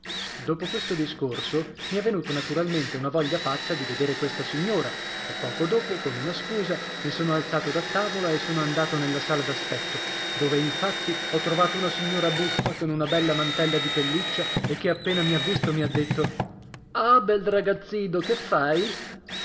dopo questo discorso mi è venuto naturalmente una voglia pazza di vedere questa signora e poco dopo con una scusa mi sono alzato da tavola e sono andato nella sala d'aspetto dove infatti ho trovato una signora buffa con una bella mantella di pelliccia e che appena mi ha visto mi ha detto ah bel ragazzino che fai